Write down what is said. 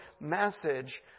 message